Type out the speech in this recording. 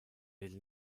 elle